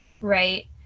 right